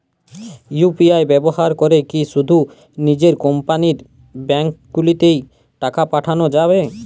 UPI ব্যবহার করে কি শুধু নিজের কোম্পানীর ব্যাংকগুলিতেই টাকা পাঠানো যাবে?